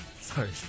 Sorry